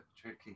tricky